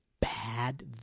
Bad